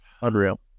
unreal